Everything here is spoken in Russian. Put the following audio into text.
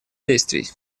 действий